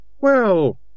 Well